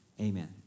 amen